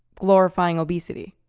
glorifying obesity.